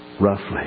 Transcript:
roughly